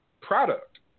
product